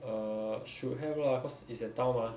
err should have lah cause is at town mah